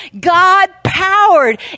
God-powered